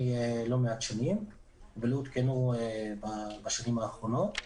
לא מעט שנים ולא הותקנו בשנים האחרונות.